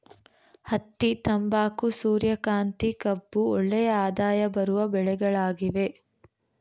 ಹತ್ತಿ, ತಂಬಾಕು, ಸೂರ್ಯಕಾಂತಿ, ಕಬ್ಬು ಒಳ್ಳೆಯ ಆದಾಯ ಬರುವ ಬೆಳೆಗಳಾಗಿವೆ